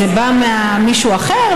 זה בא ממישהו אחר,